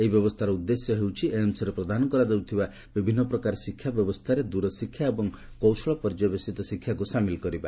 ଏହି ବ୍ୟବସ୍ଥାର ଉଦ୍ଦେଶ୍ୟ ହେଉଛିଏମ୍ସରେ ପ୍ରଦାନ କରାଯାଉଥିବା ବିଭିନ୍ନ ପ୍ରକାର ଶିକ୍ଷା ବ୍ୟବସ୍ଥାରେ ଦୂରଶିକ୍ଷା ଏବଂ କୌଶଳ ପର୍ଯ୍ୟବେଶିତ ଶିକ୍ଷାକୁ ସାମିଲ କରିବା